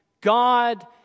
God